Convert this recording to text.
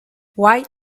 white